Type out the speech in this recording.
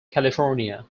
california